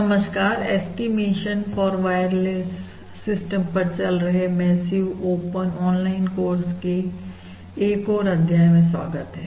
नमस्कार estimation for wireless system पर चल रहे मैसिव ओपन ऑनलाइन कोर्स के एक और अध्याय में स्वागत है